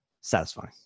satisfying